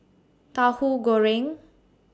Tahu Goreng